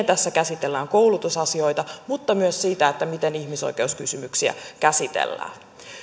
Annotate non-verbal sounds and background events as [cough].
[unintelligible] tässä käsitellään koulutusasioita mutta myös siitä miten ihmisoikeuskysymyksiä käsitellään